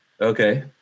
okay